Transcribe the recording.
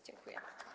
Dziękuję.